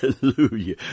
Hallelujah